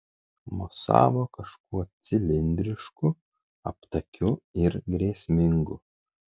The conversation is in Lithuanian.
mosavo kažkuo cilindrišku aptakiu ir grėsmingu